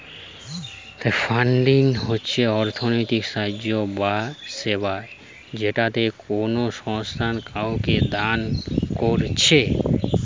funding হচ্ছে অর্থনৈতিক সাহায্য বা সেবা যেটা কোনো সংস্থা কাওকে দান কোরছে